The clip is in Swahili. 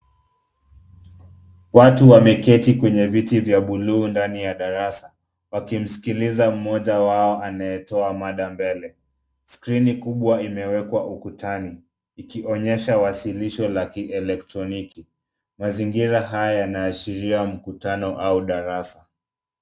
Watu wameketi kwenye viti vya buluu ndani ya darasa wakimsikiliza mmoja wao anayetoa mada mbele. Skrini kubwa imewekwa ukutani ikionyesha wasilisho la kielektroniki. Mazingira haya yanaashiria mkutano au darasa.